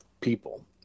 people